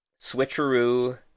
Switcheroo